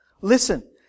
Listen